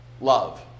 love